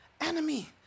enemy